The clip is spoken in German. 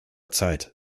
zeit